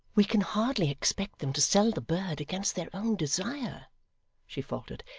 we can hardly expect them to sell the bird, against their own desire she faltered.